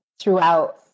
throughout